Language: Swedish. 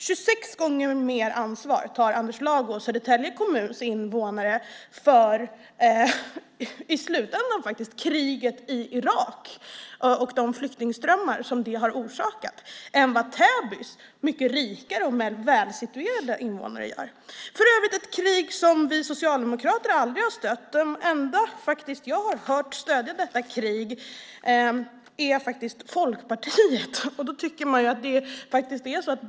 26 gånger mer ansvar tar Anders Lago och Södertälje kommuns invånare för, i slutändan, kriget i Irak och de flyktingströmmar det har orsakat än Täbys mycket rikare och mer välsituerade invånare gör. Det är för övrigt ett krig som vi socialdemokrater aldrig har stött. De enda jag har hört stödja detta krig är Folkpartiet.